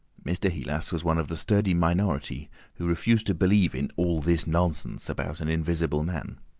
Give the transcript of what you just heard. mr. heelas was one of the sturdy minority who refused to believe in all this nonsense about an invisible man.